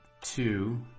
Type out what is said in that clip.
two